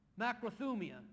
macrothumia